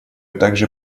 также